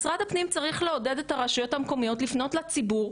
משרד הפנים צריך לעודד את הרשויות המקומיות לפנות לציבור,